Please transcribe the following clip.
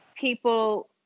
people